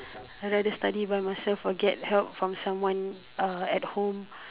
I rather study by myself or get help from someone uh at home